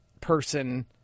person